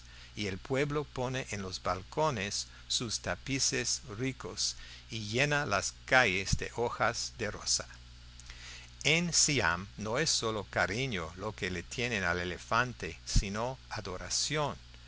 y el pueblo pone en los balcones sus tapices ricos y llena las calles de hojas de rosa en siam no es sólo cariño lo que le tienen al elefante sino adoración